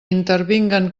intervinguen